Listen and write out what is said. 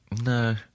No